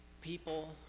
people